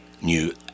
new